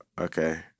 okay